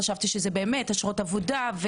חשבתי שזה באמת אשרות עבודה.